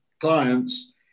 clients